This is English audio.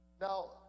now